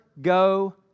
go